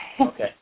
Okay